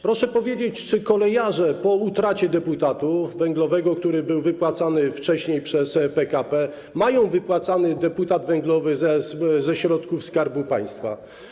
Proszę powiedzieć: Czy kolejarze po utracie deputatu węglowego, który był wypłacany wcześniej przez PKP, mają wypłacany deputat węglowy ze środków Skarbu Państwa?